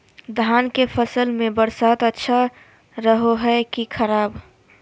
धान के फसल में बरसात अच्छा रहो है कि खराब?